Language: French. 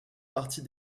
partie